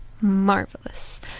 marvelous